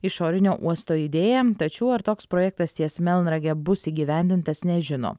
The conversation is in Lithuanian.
išorinio uosto idėją tačiau ar toks projektas ties melnrage bus įgyvendintas nežino